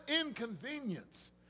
inconvenience